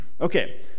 Okay